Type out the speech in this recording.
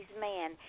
man